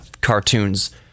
cartoons